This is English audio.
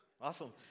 Awesome